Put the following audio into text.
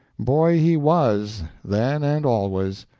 boy he was, then and always.